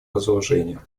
разоружения